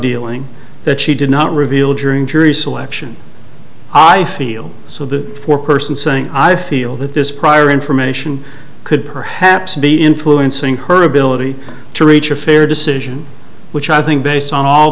dealing that she did not reveal during jury selection i feel so the four person saying i feel that this prior information could perhaps be influencing her ability to reach a fair decision which i think based on all